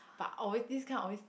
but always this kind always